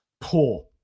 poor